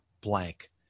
blank